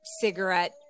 cigarette